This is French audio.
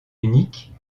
unique